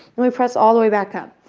and we press all the way back up.